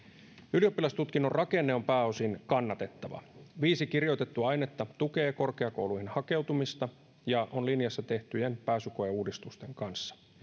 ylioppilastutkinnon rakenne on pääosin kannatettava viisi kirjoitettua ainetta tukee korkeakouluihin hakeutumista ja on linjassa tehtyjen pääsykoeuudistusten kanssa